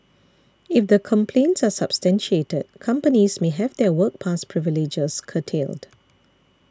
if the complaints are substantiated companies may have their work pass privileges curtailed